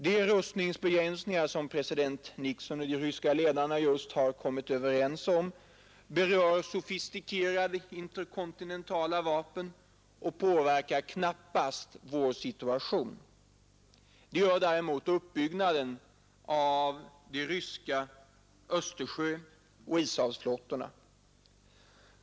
De rustningsbegränsningar som president Nixon och de ryska ledarna just nu kommit överens om berör sofistikerade interkontinentala vapen och påverkar knappast vår situation. Det gör däremot uppbyggnaden av de ryska Östersjöoch Ishavsflottorna.